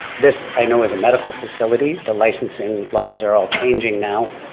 this, i know, is a medical facility, the licensing laws are all changing now.